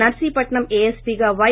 నర్పీపట్న ం ఏఎస్సీగా వై